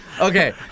Okay